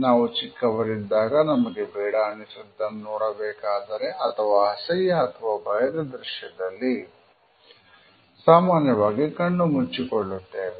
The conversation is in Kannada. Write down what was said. ನಾವು ಚಿಕ್ಕವರಿದ್ದಾಗ ನಮಗೆ ಬೇಡ ಅನಿಸಿದ್ದನ್ನು ನೋಡಬೇಕಾದರೆ ಅಥವಾ ಅಸಹ್ಯ ಅಥವಾ ಭಯದ ದೃಶ್ಯದಲ್ಲಿ ಸಾಮಾನ್ಯವಾಗಿ ಕಣ್ಣು ಮುಚ್ಚಿಕೊಳ್ಳುತ್ತೇವೆ